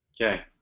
Okay